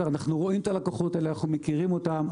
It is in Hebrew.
אנחנו רואים את הלקוחות האלה, אנחנו מכירים אותם.